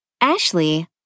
Ashley